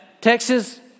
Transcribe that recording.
Texas